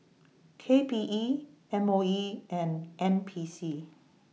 K P E M O E and N P C